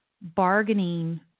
bargaining